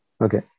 Okay